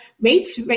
rates